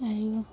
আৰু